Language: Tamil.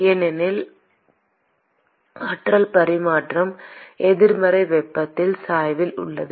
ஏனெனில் ஆற்றல் பரிமாற்றம் எதிர்மறை வெப்பநிலை சாய்வில் உள்ளது